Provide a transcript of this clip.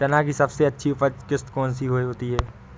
चना की सबसे अच्छी उपज किश्त कौन सी होती है?